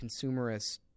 consumerist